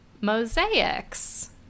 mosaics